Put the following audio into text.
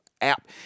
app